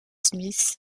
smith